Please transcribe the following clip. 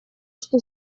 что